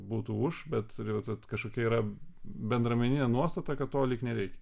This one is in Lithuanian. būtų už bet vat kažkokie yra bendruomeninė nuostata kad to lyg nereikia